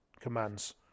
commands